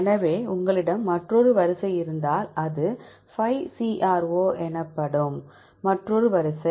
எனவே உங்களிடம் மற்றொரு வரிசை இருந்தால் இது 5CRO எனப்படும் மற்றொரு வரிசை